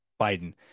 Biden